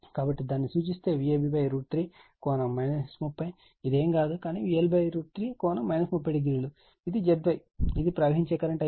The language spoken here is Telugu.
కాబట్టి దానిని సూచిస్తే Vab√ 3 కోణం 30 ఇది ఏమీ కాదు కానీ VL√ 3 ∠ 30o మరియు ఇది ZY ఇది ప్రవహించే కరెంట్ Ia